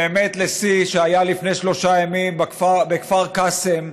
השיא היה לפני שלושה ימים בכפר קאסם: